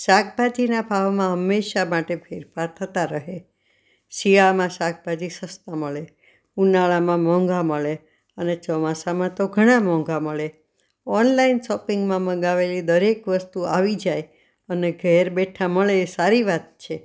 શાકભાજીના ભાવમાં હંમેશા માટે ફેરફાર થતાં રહે શિયાળામાં શાકભાજી સસ્તા મળે ઉનાળામાં મોંઘા મળે અને ચોમાસામાં તો ઘણાં મોંઘા મળે ઓનલાઇન શોપિંગમાં મંગાવેલી દરેક વસ્તુ આવી જાય અને ઘેર બેઠા મળે એ સારી વાત છે